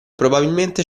probabilmente